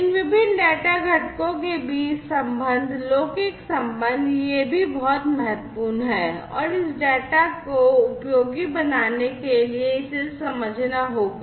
इन विभिन्न डेटा घटकों के बीच संबंध लौकिक संबंध ये भी बहुत महत्वपूर्ण हैं और इस डेटा को उपयोगी बनाने के लिए इसे समझना होगा